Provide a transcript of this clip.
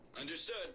understood